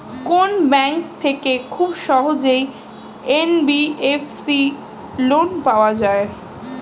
কোন ব্যাংক থেকে খুব সহজেই এন.বি.এফ.সি লোন পাওয়া যায়?